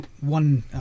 one